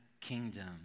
kingdom